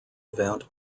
event